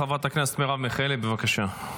חברת הכנסת מירב מיכאלי, בבקשה.